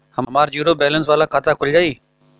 हमार zero balance वाला खाता खुल जाई?